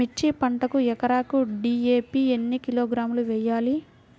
మిర్చి పంటకు ఎకరాకు డీ.ఏ.పీ ఎన్ని కిలోగ్రాములు వేయాలి?